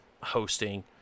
hosting